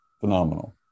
Phenomenal